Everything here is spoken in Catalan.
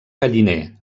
galliner